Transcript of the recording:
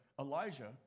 Elijah